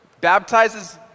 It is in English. baptizes